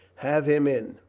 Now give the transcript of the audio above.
have him in!